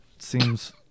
Seems